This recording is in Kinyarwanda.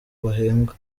bahembwa